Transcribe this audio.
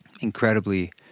incredibly